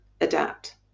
adapt